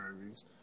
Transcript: movies